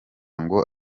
ngo